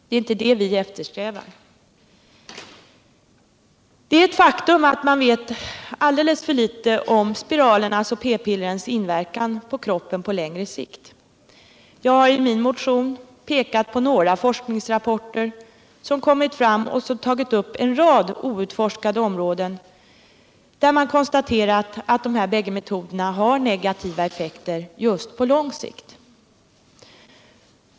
Det är inte det vi eftersträvar. Det är ett faktum att man vet alldeles för litet om spiralernas och p-pillrens inverkan på kroppen på längre sikt. Jag har i min motion pekat på några forskningsrapporter som kommit fram och som tagit upp en rad outforskade områden där det konstateras att bägge metoderna har negativa verkningar just på lång sikt.